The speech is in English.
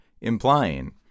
implying